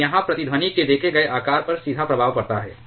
और यहां प्रतिध्वनि के देखे गए आकार पर सीधा प्रभाव पड़ता है